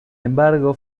embargo